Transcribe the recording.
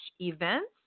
events